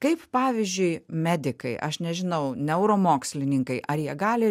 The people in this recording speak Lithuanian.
kaip pavyzdžiui medikai aš nežinau neuromokslininkai ar jie gali